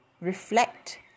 Reflect